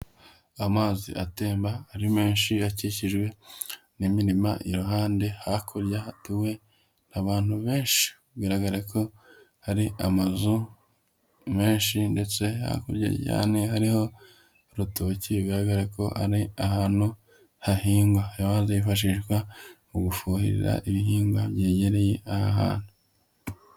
Amazi atemba ari menshi, akikijwe n'imirima iruhande, hakurya hatuwe abantu benshi, bigaragara ko hari amazu menshi, ndetse hakurya cyane hariho urutoki, bigaragara ko ari ahantu hahingwa. Aya mazi yifashishwa mu gufuhirira ibihingwa byegereye aha hantu.